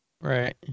Right